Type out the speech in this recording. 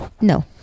No